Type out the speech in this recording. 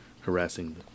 harassing